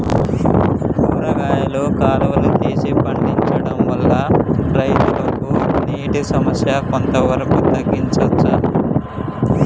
కూరగాయలు కాలువలు తీసి పండించడం వల్ల రైతులకు నీటి సమస్య కొంత వరకు తగ్గించచ్చా?